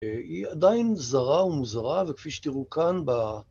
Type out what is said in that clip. היא עדיין זרה ומוזרה, וכפי שתראו כאן ב...